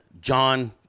John